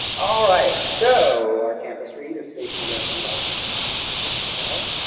all right? so our campus read is station eleven by emily st. john mandel.